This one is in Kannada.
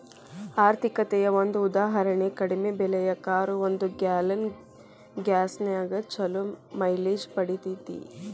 ಆರ್ಥಿಕತೆಯ ಒಂದ ಉದಾಹರಣಿ ಕಡಿಮೆ ಬೆಲೆಯ ಕಾರು ಒಂದು ಗ್ಯಾಲನ್ ಗ್ಯಾಸ್ನ್ಯಾಗ್ ಛಲೋ ಮೈಲೇಜ್ ಪಡಿತೇತಿ